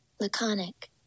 Laconic